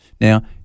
Now